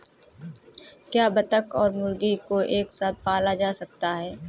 क्या बत्तख और मुर्गी को एक साथ पाला जा सकता है?